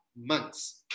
months